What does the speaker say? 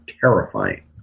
terrifying